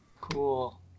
Cool